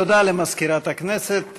תודה למזכירת הכנסת.